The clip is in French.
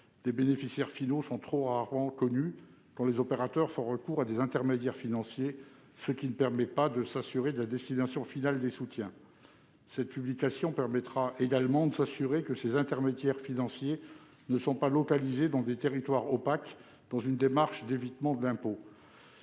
Les bénéficiaires finaux sont trop rarement connus quand les opérateurs ont recours à des intermédiaires financiers, ce qui ne permet pas de s'assurer de la destination finale des soutiens. Cette publication permettra également de s'assurer que ces intermédiaires financiers ne sont pas localisés dans des territoires opaques, dans une démarche d'évitement de l'impôt.